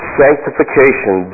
sanctification